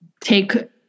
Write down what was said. take